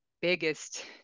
biggest